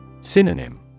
Synonym